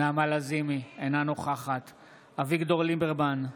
אינה נוכחת אביגדור ליברמן,